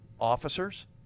officers